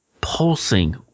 pulsing